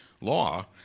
law